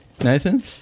Nathan